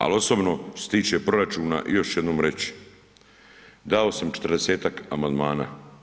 Ali osobno, što se tiče proračuna još ću jednom reći, dao sam 40-tak amandmana.